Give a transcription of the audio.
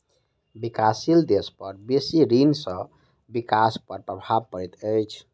विकासशील देश पर बेसी ऋण सॅ विकास पर प्रभाव पड़ैत अछि